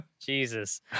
Jesus